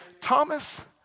Thomas